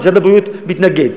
אז משרד הבריאות מתנגד,